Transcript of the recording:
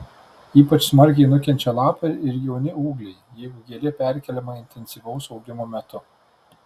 ypač smarkiai nukenčia lapai ir jauni ūgliai jeigu gėlė perkeliama intensyvaus augimo metu